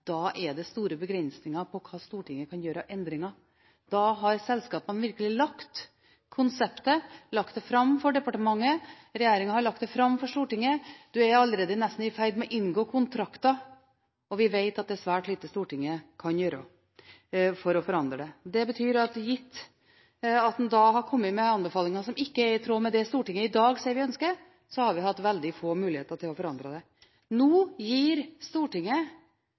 Da har selskapene virkelig lagt konseptet, de har lagt det fram for departementet, og regjeringen har lagt det fram for Stortinget. Man er allerede nesten i ferd med å inngå kontrakter, og vi vet at det er svært lite Stortinget kan gjøre for å forandre det. Det betyr at gitt at en da har kommet med anbefalinger som ikke er i tråd med det Stortinget i dag sier vi ønsker, har vi hatt veldig få muligheter til å forandre det. Nå gir Stortinget